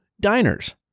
diners